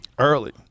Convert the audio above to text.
Early